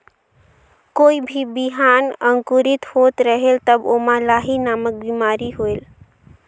कोई भी बिहान अंकुरित होत रेहेल तब ओमा लाही नामक बिमारी होयल?